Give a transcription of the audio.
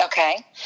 Okay